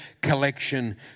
collection